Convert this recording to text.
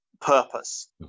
purpose